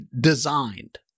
designed